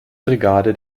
brigade